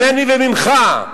ממני וממך,